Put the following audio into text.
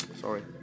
Sorry